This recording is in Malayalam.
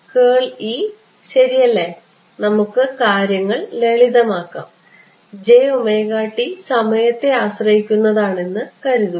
അതിനാൽ ശരിയല്ലേ നമുക്ക് കാര്യങ്ങൾ ലളിതമാക്കാം സമയത്തെ ആശ്രയിക്കുന്നതാണെന്ന് കരുതുക